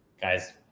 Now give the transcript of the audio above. guys